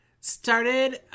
started